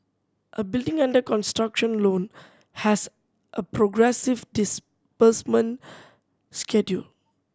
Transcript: a building under construction loan has a progressive disbursement schedule